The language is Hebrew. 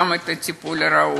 אלא גם את הטיפול הראוי.